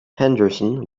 henderson